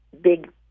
big